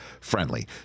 friendly